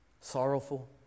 sorrowful